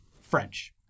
French